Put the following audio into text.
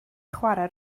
chwarae